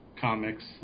comics